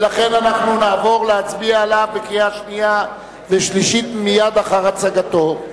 ולכן אנחנו נעבור להצביע עליו בקריאה שנייה ושלישית מייד אחר הצגתו.